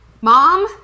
Mom